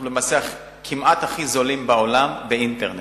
למעשה אנחנו כמעט הכי זולים בעולם באינטרנט,